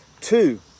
Two